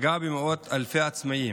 פגע במאות אלפי עצמאים.